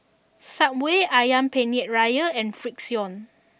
Subway Ayam Penyet Ria and Frixion